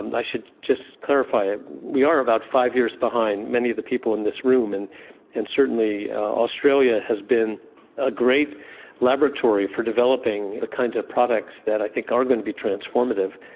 and i should just clarify, ah we are about five years behind many of the people in this room, and and certainly australia has been a great laboratory for developing the kinds of products that i think are going to be transformative.